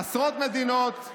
עשרות מדינות,